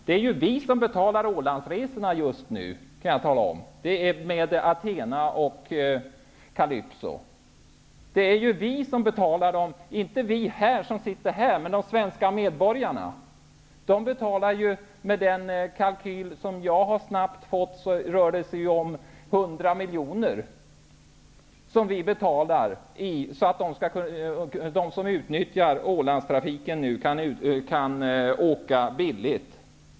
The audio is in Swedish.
Det är alltså vi som just nu betalar Ålandsresorna med färjorna Athena och Kalypso. Med ''vi'' menar jag då inte vi som sitter här utan de svenska medborgarna. Enligt den kalkyl som jag snabbt fått fram rör det sig om 100 miljoner som vi betalar för att de som nu utnyttjar Ålandstrafiken skall kunna åka billigt.